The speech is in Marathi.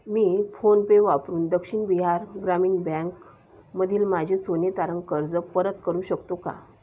मी फोन पे वापरून दक्षिण बिहार ग्रामीण बँकमधील माझे सोने तारणकर्ज परत करू शकतो का